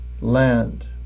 land